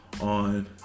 on